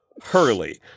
Hurley